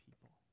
people